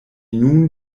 nun